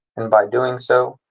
and by doing so,